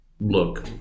look